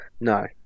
No